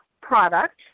product